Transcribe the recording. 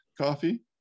coffee